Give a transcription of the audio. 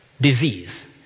Disease